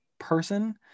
person